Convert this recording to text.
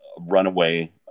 runaway